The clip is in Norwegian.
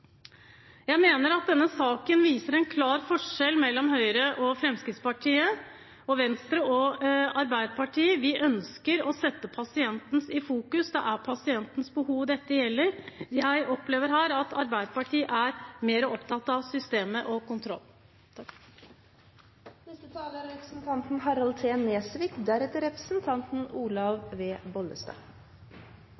Jeg mener at denne saken viser en klar forskjell mellom Høyre, Fremskrittspartiet og Venstre – og Arbeiderpartiet. Vi ønsker å sette pasienten i fokus, det er pasientens behov dette gjelder. Jeg opplever her at Arbeiderpartiet er mer opptatt av systemet og kontroll. Denne saken har blitt en underlig sak når man leser innstillingen fra komiteen. Det er